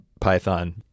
Python